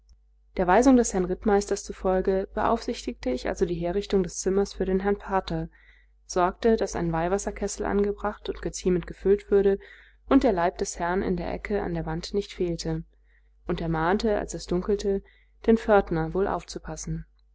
der weisung des herrn rittmeisters zufolge beaufsichtigte ich also die herrichtung des zimmers für den herrn pater sorgte daß ein weihwasserkessel angebracht und geziemend gefüllt würde und der leib des herrn in der ecke an der wand nicht fehlte und ermahnte als es dunkelte den pförtner wohl aufzupassen